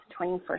21st